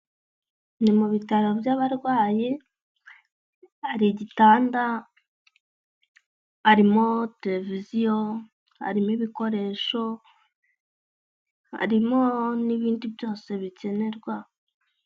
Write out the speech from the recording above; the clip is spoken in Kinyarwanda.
Mi mu bitaro by'abarwayi, hari igitanda, harimo televiziyo, harimo ibikoresho, harimo n'ibindi byose bikenerwa.